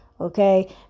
Okay